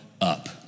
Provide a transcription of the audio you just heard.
up